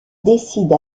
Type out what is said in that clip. décide